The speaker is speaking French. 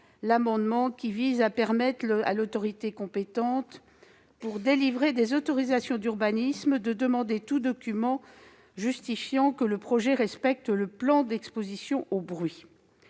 Celui-ci vise à permettre à l'autorité compétente pour délivrer des autorisations d'urbanisme de demander tout document permettant de vérifier que le projet respecte le plan d'exposition au bruit.